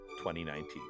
2019